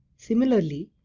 similarly,